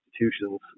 institutions